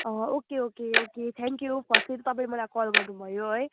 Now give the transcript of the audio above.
okay okay okay thank you firstly तपाईँले मलाई call गर्नुभयो है